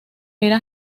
era